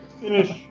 Finish